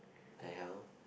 the hell